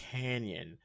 canyon